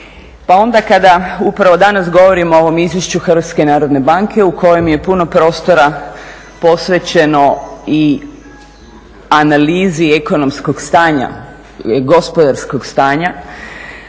Pa onda, kada upravo danas govorimo o ovom izvješću Hrvatske narodne banke u kojem je puno prostora posvećeno i analizi ekonomskog stanja, gospodarskog stanja